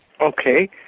Okay